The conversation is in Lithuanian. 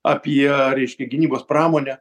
apie reiškia gynybos pramonę